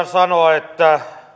sanoa että